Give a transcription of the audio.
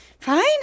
fine